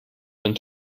dann